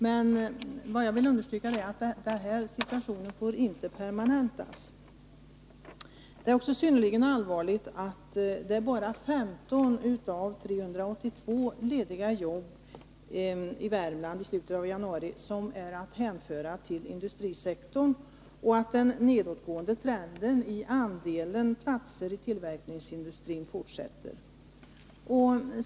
Men vad jag vill understryka är att denna situation inte får permanentas. Det är också synnerligen allvarligt att det bara är 15 av 382 lediga jobb i Värmland i slutet av januari som är att hänföra till industrisektorn och att den nedåtgående trenden i andelen platser i tillverkningsindustrin fortsätter.